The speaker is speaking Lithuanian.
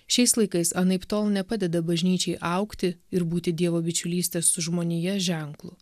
šiais laikais anaiptol nepadeda bažnyčiai augti ir būti dievo bičiulystės su žmonija ženklu